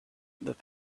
that